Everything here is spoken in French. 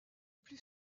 plus